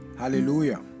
Hallelujah